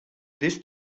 this